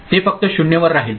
ते फक्त 0 वर राहील